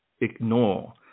ignore